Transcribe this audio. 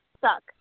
suck